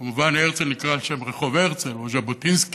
כמובן הרצל נקרא על שם רחוב הרצל, או ז'בוטינסקי,